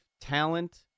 talent